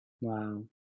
wow